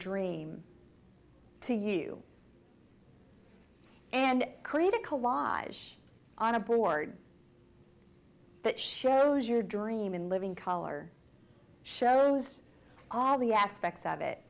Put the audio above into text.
dream to you and create a collage on a board that shows your dream in living color shows all the aspects of it